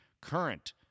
current